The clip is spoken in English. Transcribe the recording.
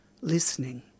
listening